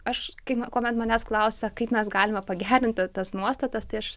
aš kai kuomet manęs klausia kaip mes galime pagerinti tas nuostatas tai aš